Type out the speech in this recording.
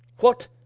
what?